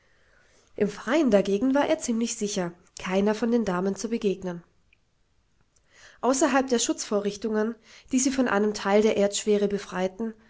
im freien dagegen war er ziemlich sicher keiner von den damen zu begegnen außerhalb der schutzvorrichtungen die sie von einem teil der erdschwere befreiten